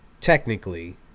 technically